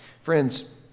Friends